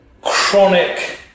chronic